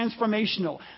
transformational